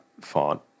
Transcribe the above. font